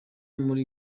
muri